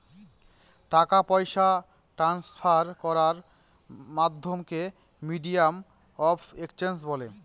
টাকা পয়সা ট্রান্সফার করার মাধ্যমকে মিডিয়াম অফ এক্সচেঞ্জ বলে